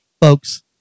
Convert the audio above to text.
folks